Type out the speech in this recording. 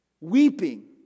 weeping